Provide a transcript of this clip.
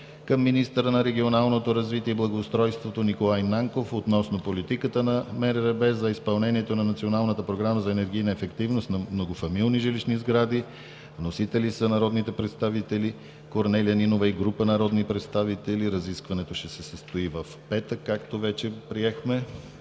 към министъра на регионалното развитие и благоустройството Николай Нанков относно политиката на МРРБ за изпълнението на Националната програма за енергийна ефективност на многофамилни жилищни сгради, вносители са народните представители Корнелия Нинова и група народни представители, разискването ще се състои в петък, както вече приехме.